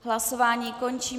Hlasování končím.